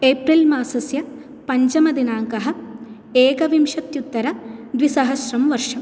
एप्रिल्मासस्य पञ्चमदिनाङ्कः एकविंशत्युत्तर द्विसहस्रं वर्षं